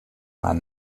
mar